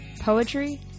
Poetry